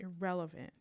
irrelevant